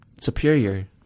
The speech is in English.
superior